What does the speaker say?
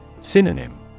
Synonym